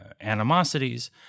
Animosities